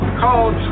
called